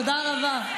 תודה רבה.